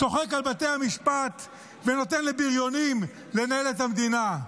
צוחק על בתי המשפט ונותן לבריונים לנהל את המדינה,